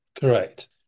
Correct